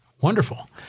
Wonderful